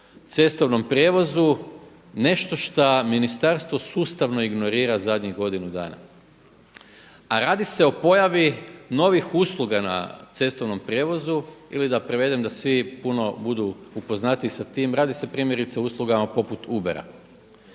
cestovnom prijevozu nešto šta ministarstvo sustavno ignorira zadnjih godinu dana a radi se o pojavi novih usluga na cestovnom prijevozu ili da prevedem da svi puno budu upoznatiji sa time, radi se primjerice o uslugama poput ubera.